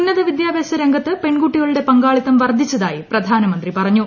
ഉന്നതവിദ്യാഭ്യാസ രംഗത്ത് പെൺകുട്ടികളുടെ പങ്കാളിത്ത്ം വർദ്ധിച്ചതായി പ്രധാനമന്ത്രി പറഞ്ഞു